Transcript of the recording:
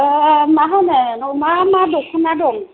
मा होनो नोंनाव मा मा दख'ना दं